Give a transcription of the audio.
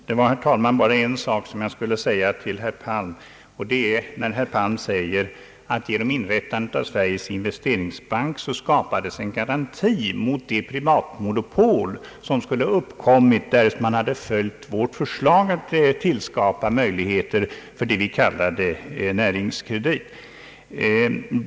Herr talman! Jag vill bara bemöta en sak som herr Palm tog upp. Herr Palm säger att genom inrättandet av Sveriges Investeringsbank skapades en garanti mot det privatmonopol som skulle ha uppkommit, därest vårt förslag hade följts innebärande att möjligheter skulle tillskapas för vad vi kal lade Näringskredit.